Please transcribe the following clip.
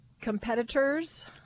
competitors